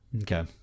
Okay